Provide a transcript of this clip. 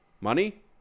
money